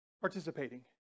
participating